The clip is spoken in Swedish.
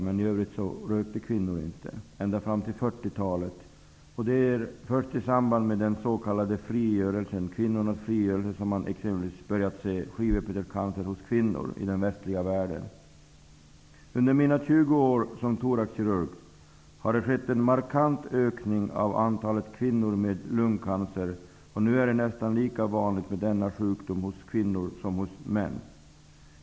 Men i övrigt började inte kvinnor röka förrän på 40-talet. Det var först i samband med kvinnornas s.k. frigörelse som man började upptäcka skivepitelcancer hos kvinnor i den västliga världen. Under mina 20 år som thoraxkirurg har det skett en markant ökning av antalet kvinnor med lungcancer. Nu är denna sjukdom nästan lika vanlig hos kvinnor som hos män.